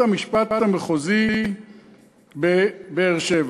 שניתן בבית-המשפט המחוזי בבאר-שבע: